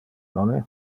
nonne